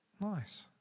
Nice